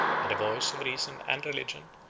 by the voice of reason and religion,